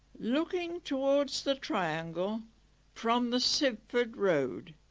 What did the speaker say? looking towards the triangle from the sibford road